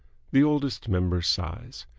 the oldest member sighs.